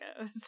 goes